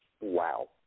Wow